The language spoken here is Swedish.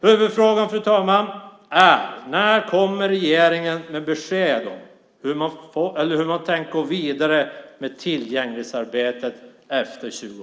Huvudfrågan, fru talman, är: När kommer regeringen med besked om hur man tänker gå vidare med tillgänglighetsarbetet efter 2010?